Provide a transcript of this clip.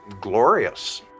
glorious